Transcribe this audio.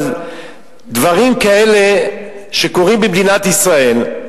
אבל דברים כאלה קורים במדינת ישראל,